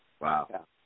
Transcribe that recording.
Wow